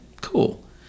cool